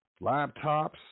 laptops